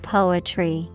Poetry